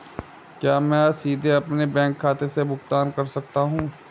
क्या मैं सीधे अपने बैंक खाते से भुगतान कर सकता हूं?